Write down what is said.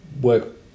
work